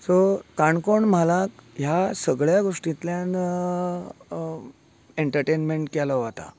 so Canacona म्हालांक ह्या सगळ्या गोश्टीतल्यान एन्टरटेन्मेंट केलो वता